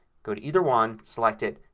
go to either one, select it,